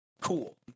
cool